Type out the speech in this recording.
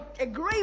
agree